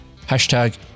Hashtag